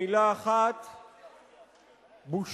במלה אחת: בושה.